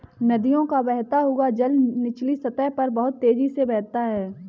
नदियों का बहता हुआ जल निचली सतह पर बहुत तेजी से बहता है